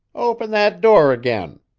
open that door again!